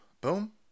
boom